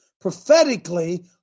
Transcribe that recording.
prophetically